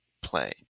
play